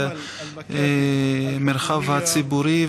במרחב הציבורי,